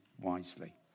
wisely